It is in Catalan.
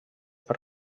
per